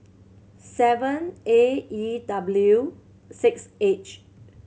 seven A E W six H